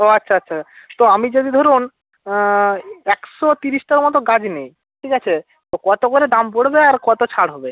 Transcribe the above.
ও আচ্ছা আচ্ছা তো আমি যদি ধরুন একশো তিরিশটার মতো গাছ নিই ঠিক আছে তো কত করে দাম পড়বে আর কত ছাড় হবে